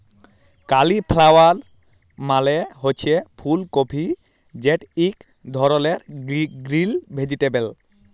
cauliflower মালে হছে ফুল কফি যেট ইক ধরলের গ্রিল ভেজিটেবল